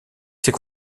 s’est